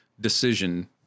decision